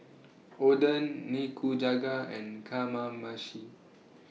Oden Nikujaga and Kamameshi